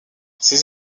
ces